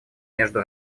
между